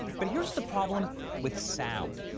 but here's the problem with sound.